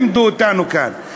לימדו אותנו כאן.